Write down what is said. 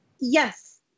Yes